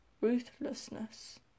ruthlessness